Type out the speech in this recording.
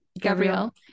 Gabrielle